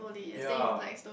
ya